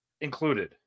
included